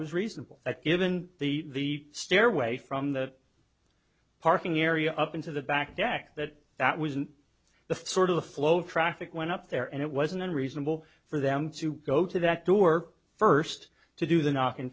was reasonable that given the stairway from the parking area up into the back deck that that was the sort of the flow of traffic went up there and it was an unreasonable for them to go to that door first to do the knocking